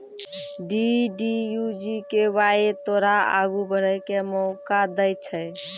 DDU GKY तोरा आगू बढ़ै के मौका दै छै